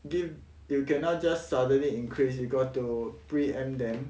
give you cannot just suddenly increase you got to P_M them